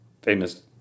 famous